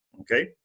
okay